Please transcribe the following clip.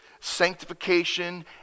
sanctification